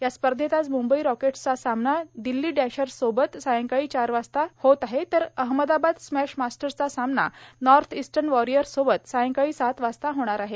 या स्पर्धेत आज मुंबई रॉकेट्सचा सामना दिल्ली डॅशर्स सोबत सायंकाळी चार वाजता होईल तर अहमदाबाद स्मॅश मास्टर्स चा सामना नॉर्थ इस्टर्न वारिअर्स सोबत सायंकाळी सात वाजता होणार आहे